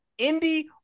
indie